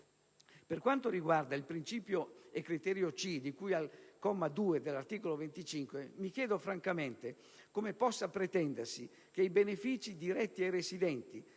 Per quanto riguarda il principio e criterio *c*), di cui al comma 2 dell'articolo 25, mi chiedo francamente come possa pretendersi che i benefici diretti ai residenti,